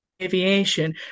Aviation